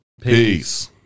Peace